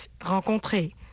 rencontrer